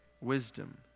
Wisdom